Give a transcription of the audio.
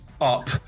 up